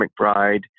McBride